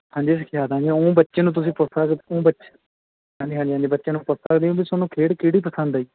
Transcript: ਹਾਂਜੀ ਸਿਖਿਆ ਦਾਂਗੇ ਉਵੇਂ ਬੱਚੇ ਨੂੰ ਤੁਸੀਂ ਪੁੱਛ ਸਕਦੇ ਹੋ ਬੱਚੇ ਹਾਂਜੀ ਹਾਂਜੀ ਹਾਂਜੀ ਬੱਚਿਆਂ ਨੂੰ ਪੁੱਛ ਸਕਦੇ ਹੋ ਵੀ ਤੁਹਾਨੂੰ ਖੇਡ ਕਿਹੜੀ ਪਸੰਦ ਆ ਜੀ